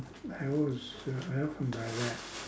I always uh I often buy that